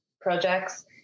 projects